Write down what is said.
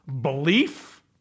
belief